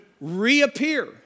reappear